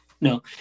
no